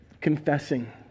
confessing